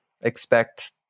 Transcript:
Expect